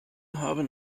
haben